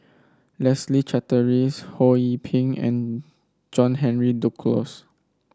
Leslie Charteris Ho Yee Ping and John Henry Duclos